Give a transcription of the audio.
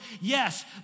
Yes